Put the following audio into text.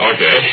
Okay